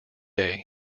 day